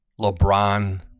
LeBron